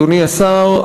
אדוני השר,